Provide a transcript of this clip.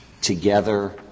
together